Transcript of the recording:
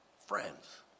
Friends